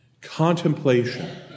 Contemplation